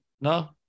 No